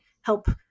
help